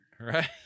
right